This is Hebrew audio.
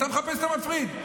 אתה מחפש את המפריד.